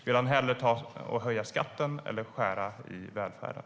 Vill han hellre höja skatten eller skära i välfärden?